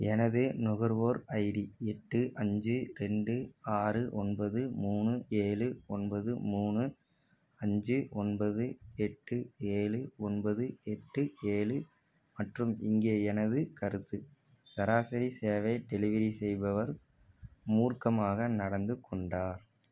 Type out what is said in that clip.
எனது நுகர்வோர் ஐடி எட்டு அஞ்சு ரெண்டு ஆறு ஒன்பது மூணு ஏழு ஒன்பது மூணு அஞ்சு ஒன்பது எட்டு ஏழு ஒன்பது எட்டு ஏழு மற்றும் இங்கே எனது கருத்து சராசரி சேவை டெலிவரி செய்பவர் மூர்க்கமாக நடந்து கொண்டார்